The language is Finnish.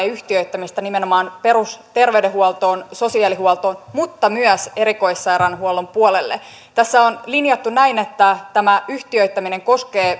yhtiöittämistä nimenomaan perusterveydenhuoltoon sosiaalihuoltoon mutta myös erikoissairaanhoidon puolelle tässä on linjattu näin että tämä yhtiöittäminen koskee